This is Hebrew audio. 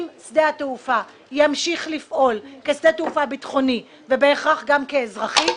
אם שדה התעופה ימשיך לפעול כשדה תעופה ביטחוני ובהכרח גם כאזרחי,